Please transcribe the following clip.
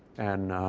and